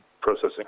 processing